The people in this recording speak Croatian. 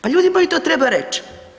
Pa ljudi moji, to treba reć.